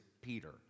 Peter